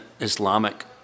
islamic